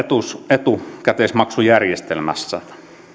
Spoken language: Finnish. etukäteismaksujärjestelmästä